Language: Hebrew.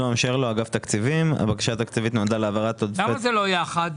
הבקשה התקציבית- -- למה זה לא יחד?